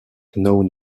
known